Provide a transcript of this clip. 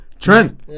Trent